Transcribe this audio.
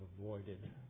avoided